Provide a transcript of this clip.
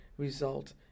result